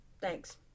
Thanks